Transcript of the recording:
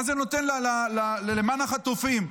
מה זה נותן למען החטופים?